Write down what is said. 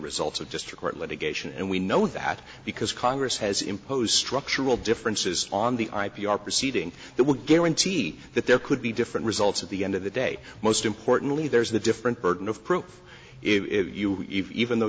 results of just a court litigation and we know that because congress has imposed structural differences on the i p r proceeding that would guarantee that there could be different results at the end of the day most importantly there's the different burden of proof if you even though